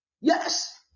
Yes